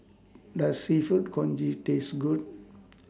Does Seafood Congee Taste Good